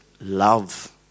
love